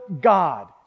God